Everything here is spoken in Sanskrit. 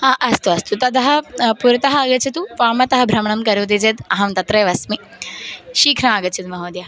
अस्तु अस्तु ततः पुरतः आगच्छतु वामतः भ्रमणं करोति चेत् अहं तत्रैव अस्मि शीघ्रम् आगच्छतु महोदय